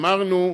אמרנו: